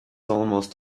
almost